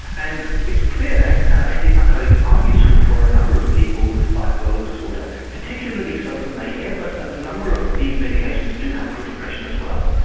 and it's clear that antipsychotics are useful for a number of people with bipolar disorder, particularly so for mania, but a number of these medications do help with depression as well.